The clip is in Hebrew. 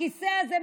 הכיסא הזה,